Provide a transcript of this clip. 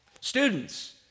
Students